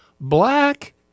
black